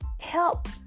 Help